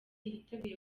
yiteguye